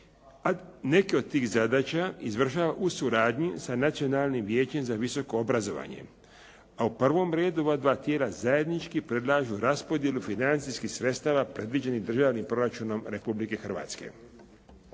Neke od tih zadaća izvršava u suradnji sa Nacionalnim vijećem za visoku obrazovanje, a u prvom redu ova dva tijela zajednički predlažu raspodjelu financijskih sredstava predviđenih državnim proračunom Republike Hrvatske.